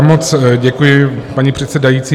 Moc děkuji, paní předsedající.